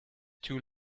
too